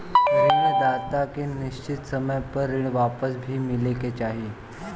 ऋण दाता के निश्चित समय पर ऋण वापस भी मिले के चाही